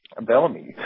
Bellamy